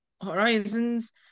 horizons